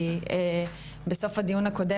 כי בסוף הדיון הקודם,